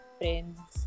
friends